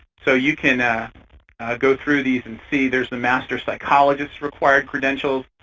so you can go through these and see, there's the master psychologist required credentials,